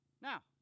Now